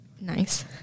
nice